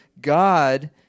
God